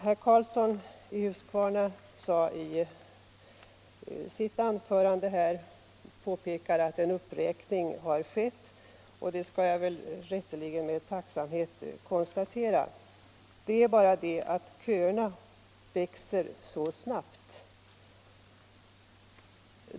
Herr Karlsson i Huskvarna påpekade i sitt anförande att en uppräkning har skett, och det skall jag i rättvisans namn med tacksamhet konstatera. Det är bara det att köerna växer så snabbt.